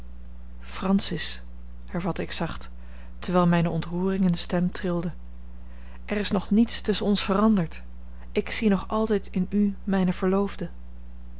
francis hervatte ik zacht terwijl mijne ontroering in de stem trilde er is nog niets tusschen ons veranderd ik zie nog altijd in u mijne verloofde